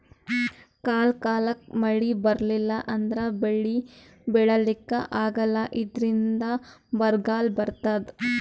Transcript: ಕಾಲ್ ಕಾಲಕ್ಕ್ ಮಳಿ ಬರ್ಲಿಲ್ಲ ಅಂದ್ರ ಬೆಳಿ ಬೆಳಿಲಿಕ್ಕ್ ಆಗಲ್ಲ ಇದ್ರಿಂದ್ ಬರ್ಗಾಲ್ ಬರ್ತದ್